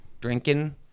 drinking